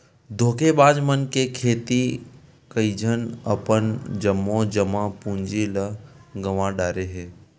धोखेबाज मन के सेती कइझन अपन जम्मो जमा पूंजी ल गंवा डारे हे